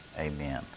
Amen